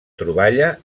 troballa